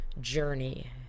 Journey